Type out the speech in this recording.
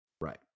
Right